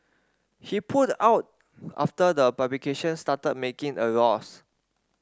he pulled out after the publication started making a loss